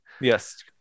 Yes